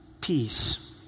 peace